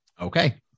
Okay